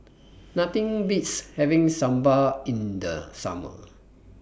Nothing Beats having Sambar in The Summer